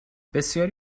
بسیاری